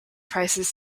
prices